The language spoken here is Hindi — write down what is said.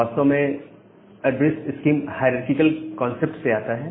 वास्तव में एड्रेस स्कीम हायरारकिकल कांसेप्ट से आता है